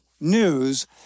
news